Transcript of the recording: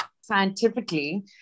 scientifically